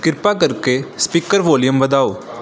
ਕਿਰਪਾ ਕਰਕੇ speaker volume ਵਧਾਓ